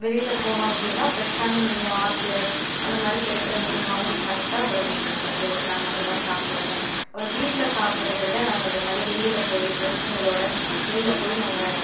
வெளியில் போனோம் அப்படின்னா ஃப்ரெஷ்ஷான மீன் ஆற்றுல அந்த மாதிரி கிடைக்கிற மீன் வாங்கி சமைச்சா உடம்புக்கு நல்லது நாங்கள் அதெல்லாம் சாப்பிடுவோம் அப்புறம் வீட்டில் சாப்டுறத விட நாங்கள் இதைமாதிரி வெளியில் போய் ஃப்ரண்ட்ஸுங்களோடு வெளியில் போய் நாங்கள்